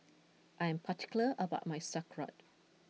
I am particular about my Sauerkraut